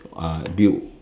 uh build